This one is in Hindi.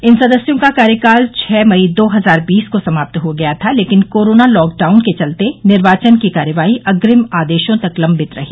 इन सदस्यों का कार्यकाल छह मई दो हजार बीस को समाप्त हो गया था लेकिन कोरोना लॉकडाउन के चलते निर्वाचन की कार्रवाई अग्रिम आदेशों तक लम्बित रही